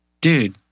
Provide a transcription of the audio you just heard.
dude